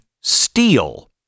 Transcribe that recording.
steal